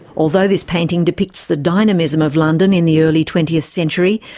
although this painting depicts the dynamism of london in the early twentieth century,